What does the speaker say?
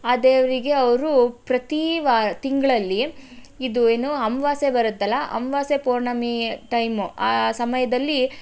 ಆ ದೇವರಿಗೆ ಅವರು ಪ್ರತಿ ವಾ ತಿಂಗಳಲ್ಲಿ ಇದು ಏನು ಅಮವಾಸೆ ಬರುತ್ತಲ್ಲಾ ಅಮವಾಸೆ ಪೌರ್ಣಮಿ ಟೈಮು ಆ ಸಮಯದಲ್ಲಿ